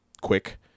quick